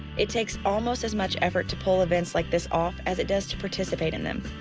it takes almost as much effort to pull events like this off as it does to participate in them.